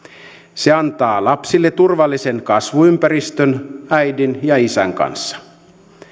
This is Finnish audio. se antaa lapsille turvallisen kasvuympäristön äidin ja isän kanssa